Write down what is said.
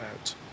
out